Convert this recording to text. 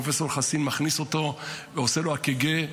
פרופ' חסין מכניס אותו ועושה לו אק"ג.